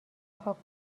پاک